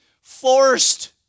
forced